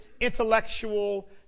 intellectual